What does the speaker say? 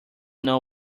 know